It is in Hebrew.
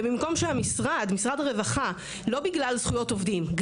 במקום שמשרד הרווחה לא בגלל זכויות עובדים,